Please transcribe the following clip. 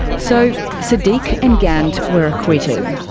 so siddique and gant were acquitted.